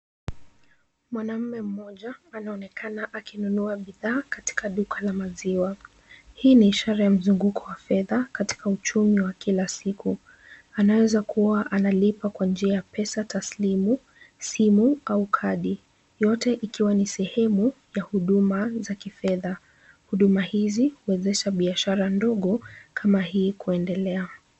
Mwanaume mmoja anaonekana akinunua bidhaa katika duka la maziwa. Hii ni ishara ya mzunguko wa fedha katika uchumi wa kila siku. Anaweza kuwa analipa kwa njia ya pesa taslimu, simu au kadi yote ikiwa ni sehemu ya huduma za kifedha. Huduma hizi huwezesha biashara ndogo kama hii kuendelea.